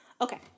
Okay